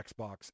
Xbox